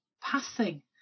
passing